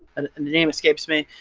and the name escapes me.